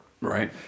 Right